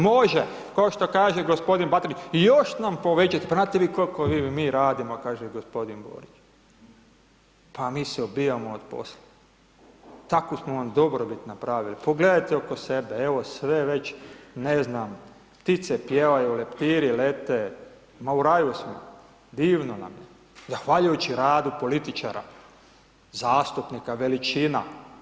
Može, kao što kaže gospodin ... i još nam povećajte, pa znate vi koliko mi radimo kaže gospodin Borić, pa mi se ubijamo od posla, takvu smo vam dobrobit napravili, pogledajte oko sebe, evo sve već, ne znam, ptice pjevaju, leptiri lete, ma u raju smo, divno nam je, zahvaljujući radu političara, zastupnika, veličina.